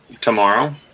tomorrow